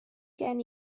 gen